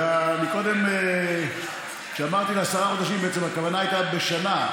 וקודם כשאמרתי לעשרה חודשים בעצם הכוונה הייתה בשנה,